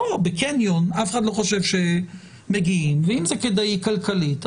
בקניון אף אחד לא חושב שמגיעים ואם זה כדאי כלכלית,